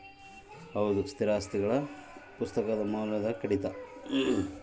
ಸವಕಳಿ ಎಂದರೆ ಸ್ಥಿರ ಆಸ್ತಿಗಳ ಪುಸ್ತಕ ಮೌಲ್ಯದಲ್ಲಿನ ಕಡಿತ